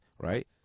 right